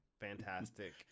Fantastic